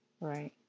Right